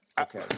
Okay